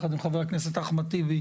ביחד עם חבר הכנסת אחמד טיבי,